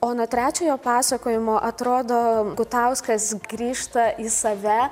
o nuo trečiojo pasakojimo atrodo gutauskas grįžta į save